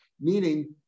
meaning